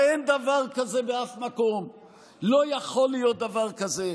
הרי אין דבר כזה באף מקום, לא יכול להיות דבר כזה.